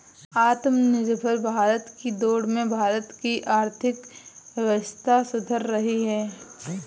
आत्मनिर्भर भारत की दौड़ में भारत की आर्थिक व्यवस्था सुधर रही है